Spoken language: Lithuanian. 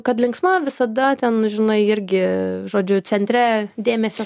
kad linksma visada ten žinai irgi žodžiu centre dėmesio